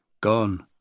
Gone